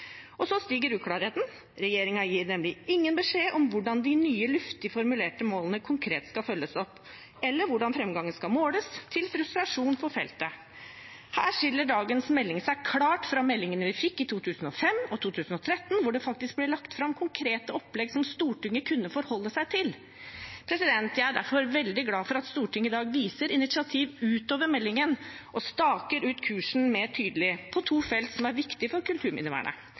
Så stiger uklarheten: Regjeringen gir nemlig ingen beskjed om hvordan de nye, luftig formulerte målene konkret skal følges opp, eller hvordan framgangen skal måles – til frustrasjon for feltet. Her skiller dagens melding seg klart fra meldingene vi fikk i 2005 og 2013, hvor det faktisk ble lagt fram et konkret opplegg som Stortinget kunne forholde seg til. Jeg er derfor veldig glad for at Stortinget i dag viser initiativ utover meldingen og staker ut kursen mer tydelig på to felter som er viktige for kulturminnevernet.